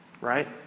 right